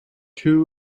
two